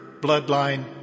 bloodline